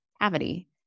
cavity